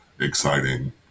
exciting